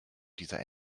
dieser